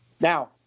Now